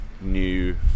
new